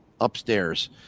upstairs